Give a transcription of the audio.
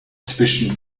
zwischen